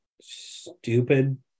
stupid